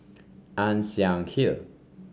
Ann Siang Hill